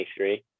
23